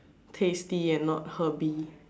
tasty and not herby